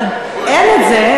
אין את זה,